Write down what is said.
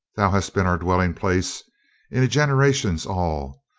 thou hast been our dwelling-place in generations all.